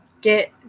get